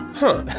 huh.